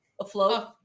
afloat